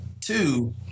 Two